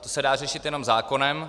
To se dá řešit jenom zákonem.